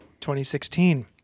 2016